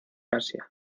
asia